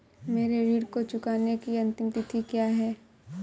मेरे ऋण को चुकाने की अंतिम तिथि क्या है?